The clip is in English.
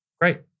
great